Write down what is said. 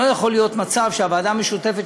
לא יכול להיות מצב שהוועדה המשותפת